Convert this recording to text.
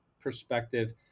perspective